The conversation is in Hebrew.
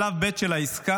שלב ב' של העסקה